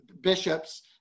bishops